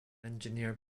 engineered